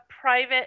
private